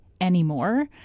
anymore